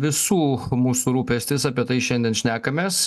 visų mūsų rūpestis apie tai šiandien šnekamės